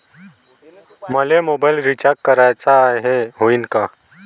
मले mobile recharge कराचा हाय, होईनं का?